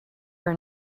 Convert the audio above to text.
her